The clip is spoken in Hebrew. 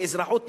של "אזרחות,